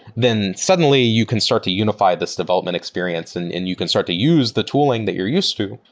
then suddenly you can start to unify this development experience and and you can start to use the tooling that you're used to,